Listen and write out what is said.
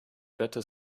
better